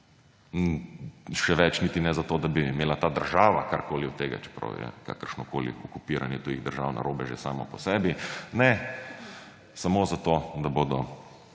Še več, niti ne za to, da bi imela ta država karkoli od tega, čeprav je kakršnokoli okupiranje tujih držav narobe že samo po sebi − ne! Samo zato, da se bodo